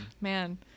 man